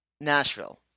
Nashville